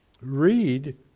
read